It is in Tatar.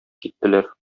киттеләр